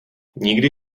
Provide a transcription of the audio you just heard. nikdy